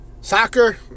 Soccer